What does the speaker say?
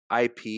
IP